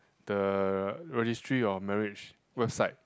the registry of marriage website